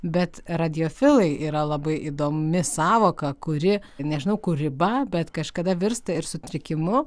bet radiofilai yra labai įdomi sąvoka kuri nežinau kur riba bet kažkada virsta ir sutrikimu